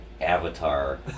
Avatar